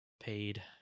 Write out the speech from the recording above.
paid